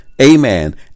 amen